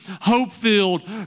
hope-filled